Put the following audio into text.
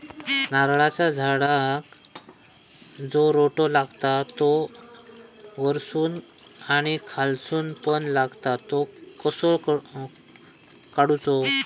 नारळाच्या झाडांका जो रोटो लागता तो वर्सून आणि खालसून पण लागता तो कसो काडूचो?